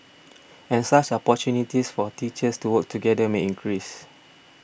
and such opportunities for teachers to work together may increase